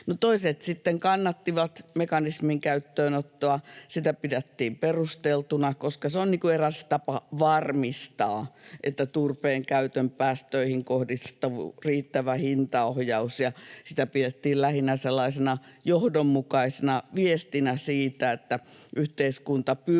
sitten kannattivat mekanismin käyttöönottoa. Sitä pidettiin perusteltuna, koska se on eräs tapa varmistaa, että turpeen käytön päästöihin kohdistuu riittävä hintaohjaus, ja sitä pidettiin lähinnä sellaisena johdonmukaisena viestinä siitä, että yhteiskunta pyrkii